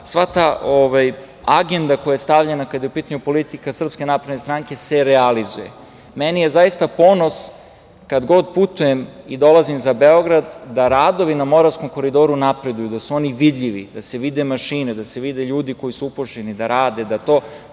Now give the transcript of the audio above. sva ta agenda koja je stavljena kada je u pitanju Srpske napredne stranke, se realizuje. Meni je zaista ponos kad god putujem i dolazim za Beograd da radovi na Moravskom koridoru napreduju, da su oni vidljivi, da se vide mašine, da se vide ljudi koji su upošljeni da rade, da to